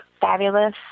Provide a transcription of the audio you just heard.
fabulous